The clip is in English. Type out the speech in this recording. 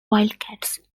wildcats